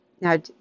Now